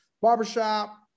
barbershop